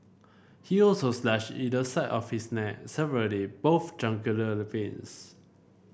he also slashed either side of his neck severing both jugular veins